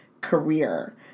career